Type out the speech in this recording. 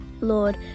Lord